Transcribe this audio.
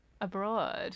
Abroad